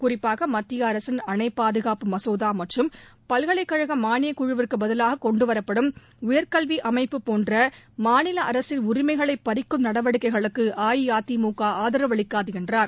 குறிப்பாக மத்திய அரசின் அணை பாதுகாப்பு மசோதா மற்றும் பல்கலைக்கழக மானியக்குழுவுக்கு பதிலாக கொண்டு வரப்படும் உயர்கல்வி அமைப்பு போன்ற மாநில அரசின் உரிமைகளை பறிக்கும் நடவடிக்கைகளுக்கு அஇஅதிமுக ஆதரவளிக்காது என்றார்